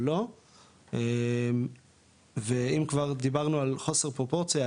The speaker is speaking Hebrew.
או לא ואם כבר דיברנו על חוסר פרופורציה,